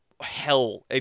hell